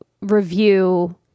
review